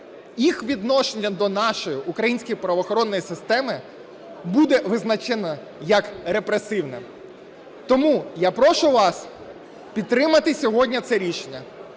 їх відношення до нашої української правоохоронної системи буде визначена як репресивна. Тому я прошу вас підтримати сьогодні це рішення,